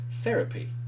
Therapy